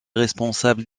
responsables